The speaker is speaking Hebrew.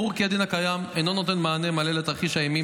ברור כי הדין הקיים אינו נותן מענה מלא לתרחיש האימים